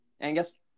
Angus